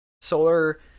solar